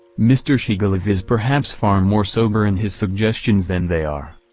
mr. shigalov is perhaps far more sober in his suggestions than they are.